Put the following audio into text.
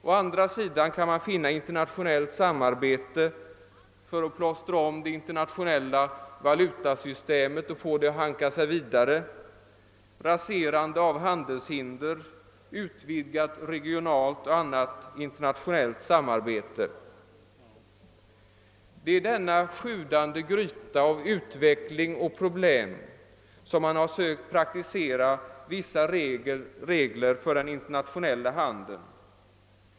Å andra sidan kan man finna exempel på internationell samverkan för att plåstra om det internationella valutasystemet och få det att hanka sig vidare, raserande av handelshinder och utvidgat regionalt och annat internationellt samarbete. Det är i denna sjudande gryta av utveckling och problem som man har sökt praktisera vissa regler för den internationella handeln.